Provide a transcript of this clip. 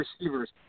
receivers